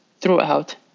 throughout